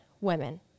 women